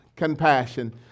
compassion